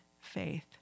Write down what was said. faith